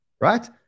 right